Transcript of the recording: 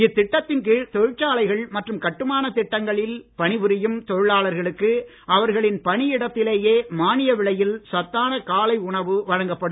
இத்திட்டத்தின் கீழ் தொழிற்சாலைகள் மற்றும கட்டுமானத் திட்டங்களில் பணி புரியும் தொழிலாளர்களுக்கு அவர்களின் பணியிடத்திலேயே மானிய விலையில் சத்தான காலை உணவு வழங்கப்படும்